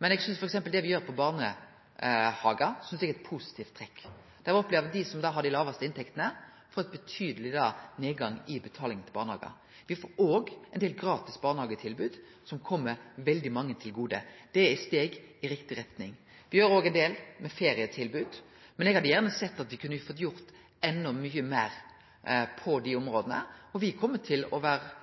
Men eg synest f.eks. det me gjer på barnehagar, er eit positivt trekk. Der opplever eg at dei som har dei lågaste inntektene, får ein betydeleg nedgang i betalinga til barnehagar. Me får òg ein del gratis barnehagetilbod, som kjem veldig mange til gode. Det er eit steg i riktig retning. Me gjer òg ein del med omsyn til ferietilbod, men eg hadde gjerne sett at me kunne fått gjort endå mykje meir på dei områda. Me kjem til å vere